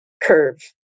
curve